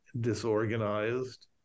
disorganized